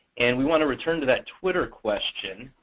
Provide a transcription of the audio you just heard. and we want to return to that twitter question,